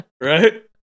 Right